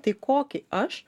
tai kokį aš